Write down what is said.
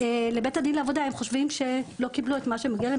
לבית הדין לעבודה אם חושבים שלא קיבלו את מה שמגיע להם,